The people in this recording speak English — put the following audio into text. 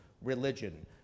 religion